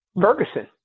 Ferguson